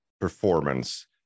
performance